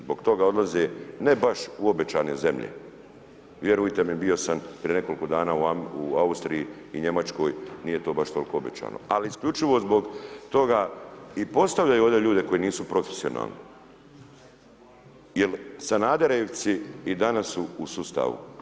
Zbog toga odlaze ne baš u obećane zemlje, vjerujte bio sam prije nekoliko dana u Austriji i Njemačkoj, nije to baš toliko obećano, ali isključivo zbog toga i postavljaju ovdje ljude koji nisu profesionalni, jer Sanaderevci i danas su u sustavu.